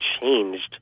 changed